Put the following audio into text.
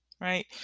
Right